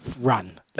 Run